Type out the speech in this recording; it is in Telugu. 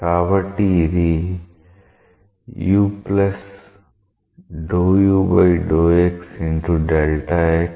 కాబట్టి ఇది అవుతుంది